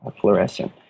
fluorescent